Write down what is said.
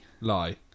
Lie